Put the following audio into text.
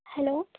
hello